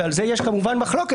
ועל זה יש כמובן מחלוקת,